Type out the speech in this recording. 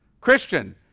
Christian